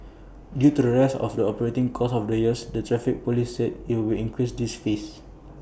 due to the rise of the operating costs over the years the traffic Police said IT will increase these fees